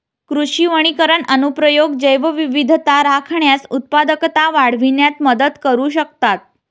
कृषी वनीकरण अनुप्रयोग जैवविविधता राखण्यास, उत्पादकता वाढविण्यात मदत करू शकतात